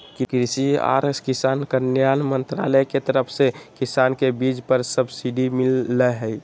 कृषि आर किसान कल्याण मंत्रालय के तरफ से किसान के बीज पर सब्सिडी मिल लय हें